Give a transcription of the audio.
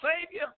Savior